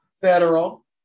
federal